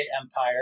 empire